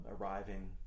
arriving